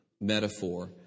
metaphor